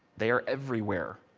they are everywhere.